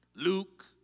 Luke